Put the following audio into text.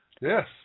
yes